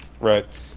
Right